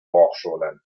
hochschulen